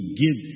give